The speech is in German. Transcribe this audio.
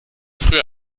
früher